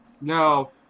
No